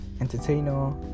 entertainer